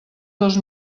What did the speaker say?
dos